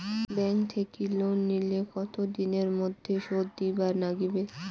Bank থাকি loan নিলে কতো দিনের মধ্যে শোধ দিবার নাগিবে?